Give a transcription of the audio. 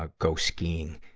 ah go skiing.